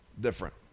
different